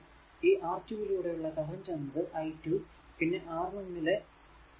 ഈ R 2 ലൂടെ ഉള്ള കറന്റ് എന്നത് i 2 പിന്നെ R 1 ലെ i 1